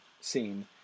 scene